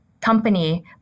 company